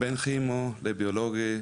בין כימו לביולוגי,